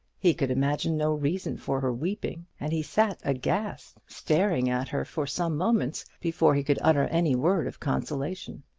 he could imagine no reason for her weeping, and he sat aghast, staring at her for some moments before he could utter any word of consolation.